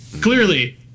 clearly